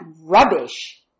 rubbish